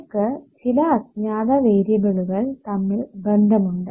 നമുക്ക് ചില അജ്ഞാത വേരിയബിളുകൾ തമ്മിൽ ബന്ധമുണ്ട്